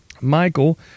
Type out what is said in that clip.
michael